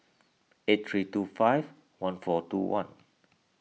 eight three two five one four two one